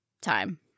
time